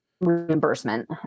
reimbursement